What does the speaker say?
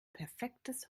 perfektes